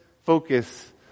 focus